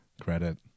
credit